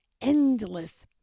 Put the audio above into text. endless